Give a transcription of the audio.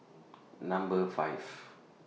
Number five